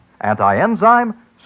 Anti-enzyme